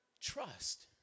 Trust